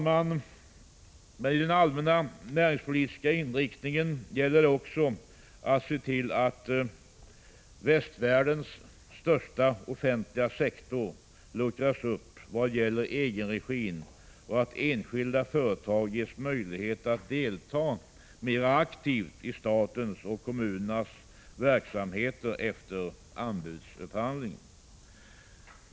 Men i den allmänna näringspolitiska inriktningen gäller det också att se till att västvärldens största offentliga sektor luckras upp vad gäller egenregin och att enskilda företag ges möjlighet att delta mera aktivt i statens och kommunernas verksamheter efter anbudsupphandling.